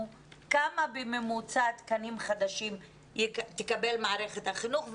כמה בממוצע תקנים חדשים תקבל מערכת החינוך.